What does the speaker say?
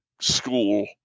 school